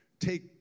take